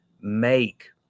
make